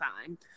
time